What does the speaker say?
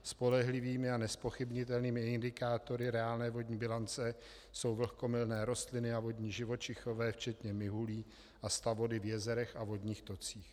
Spolehlivými a nezpochybnitelnými indikátory reálné vodní bilance jsou vlhkomilné rostliny a vodní živočichové včetně mihulí a stav vody v jezerech a vodních tocích.